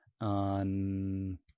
on